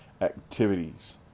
activities